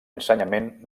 ensenyament